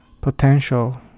potential